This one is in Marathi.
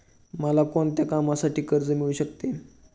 मला कोणत्या काळासाठी कर्ज मिळू शकते?